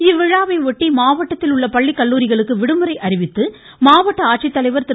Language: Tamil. இவ்விழாவை ஒட்டி மாவட்டத்தில் உள்ள பள்ளிகல்லூரிகளுக்கு விடுமுறை அறிவித்து மாவட்ட ஆட்சித்தலைவா் திரு